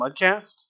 Mudcast